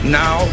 now